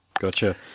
gotcha